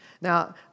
Now